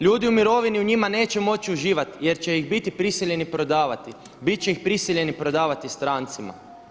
Ljudi u mirovini u njima neće moći uživati, jer će ih biti prisiljeni prodavati, bit će ih prisiljeni prodavati strancima.